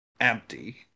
Empty